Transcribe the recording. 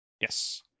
yes